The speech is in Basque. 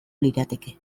lirateke